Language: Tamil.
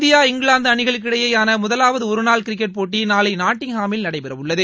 இந்தியா இங்கிலாந்து அணிகளுக்கிடையேயான முதலாவது ஒருநாள் கிரிக்கெட் போட்டி நாளை நாட்டிங்காமில் நடைபெறவுள்ளது